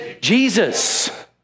Jesus